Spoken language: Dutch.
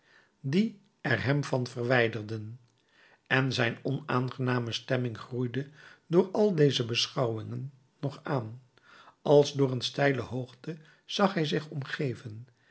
die er hem van verwijderden en zijn onaangename stemming groeide door al deze beschouwingen nog aan als door een steile hoogte zag hij zich omgeven